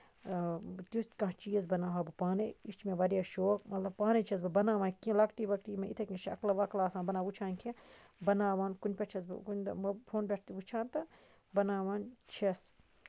آ تیُتھ کانٛہہ چیٖز بَناوٕہا بہٕ پانے یہِ چھُ مےٚ واریاہ شوق مطلب پانٕے چھَس بہٕ بَناوان کہِ لۄکٕٹی وۄکٕٹی یِم یِتھٕے کٔنۍ شَکلہٕ وَکلہٕ آسان بَناوان وُچھان چھَس بَناوان کُنہِ پیٚٹھٕ چھَس بہٕ کُنہِ دۄہ فونس پیٚٹھ تہِ وُچھان تہٕ بَناوان چھَس